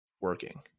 working